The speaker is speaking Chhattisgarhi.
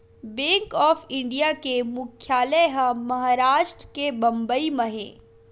बेंक ऑफ इंडिया के मुख्यालय ह महारास्ट के बंबई म हे